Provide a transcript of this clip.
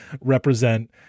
represent